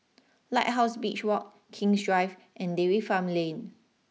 Lighthouse Beach walk King's Drive and Dairy Farm Lane